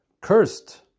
cursed